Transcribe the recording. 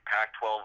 Pac-12